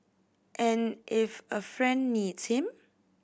and if a friend needs him